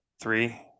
Three